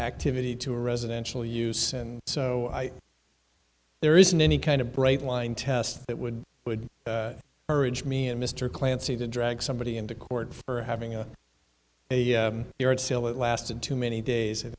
ctivity to a residential use and so i there isn't any kind of bright line test that would would urge me and mr clancy to drag somebody into court for having a yard sale that lasted too many days